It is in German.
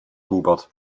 hubert